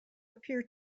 appear